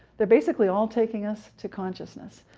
they're basically all taking us to consciousness.